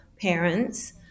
parents